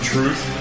Truth